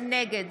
נגד